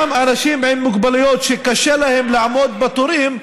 אנשים עם מוגבלויות, שקשה להם לעמוד בתורים,